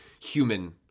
human